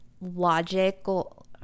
logical